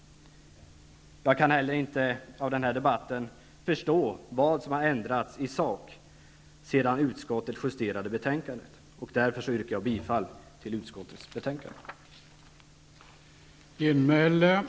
Jag kan inte heller av den här debatten förstå vad som har ändrats i sak sedan utskottet justerade betänkandet. Jag yrkar därför bifall till utskottets hemställan i betänkandet.